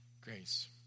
grace